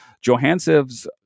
Johansson's